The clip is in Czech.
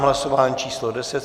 Hlasování číslo 10.